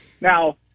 Now